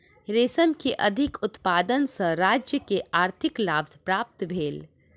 रेशम के अधिक उत्पादन सॅ राज्य के आर्थिक लाभ प्राप्त भेल